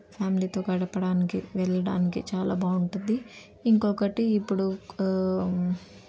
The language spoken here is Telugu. ఫ్యామిలీతో గడపడానికి వెళ్ళడానికి చాలా బాగుంటుంది ఇంకొకటి ఇప్పుడు